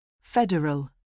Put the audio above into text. Federal